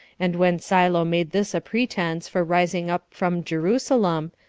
and when silo made this a pretense for rising up from jerusalem,